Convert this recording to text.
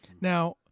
Now